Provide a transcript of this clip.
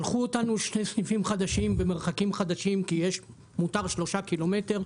שלחו אותנו לשני סניפים חדשים במרחקים חדשים כי מותר שלושה קילומטרים,